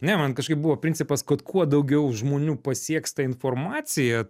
ne man kažkaip buvo principas kad kuo daugiau žmonių pasieks ta informacija